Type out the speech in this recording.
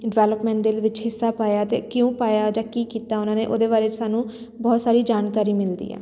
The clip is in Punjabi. ਡਿਵੈਲਪਮੈਂਟ ਦੇ ਵਿੱਚ ਹਿੱਸਾ ਪਾਇਆ ਅਤੇ ਕਿਉਂ ਪਾਇਆ ਜਾਂ ਕੀ ਕੀਤਾ ਉਹਨਾਂ ਨੇ ਉਹਦੇ ਬਾਰੇ ਸਾਨੂੰ ਬਹੁਤ ਸਾਰੀ ਜਾਣਕਾਰੀ ਮਿਲਦੀ ਹੈ